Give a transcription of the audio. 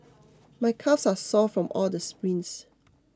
my calves are sore from all the sprints